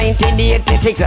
1986